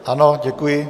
Ano, děkuji.